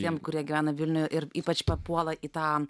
tiems kurie gyvena vilniuje ir ypač papuola į tą